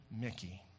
Mickey